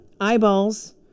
eyeballs